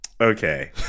Okay